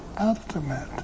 ultimate